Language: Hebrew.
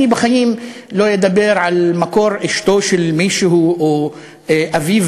אני בחיים לא אדבר על מקור אשתו של מישהו או אביו,